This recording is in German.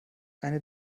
eine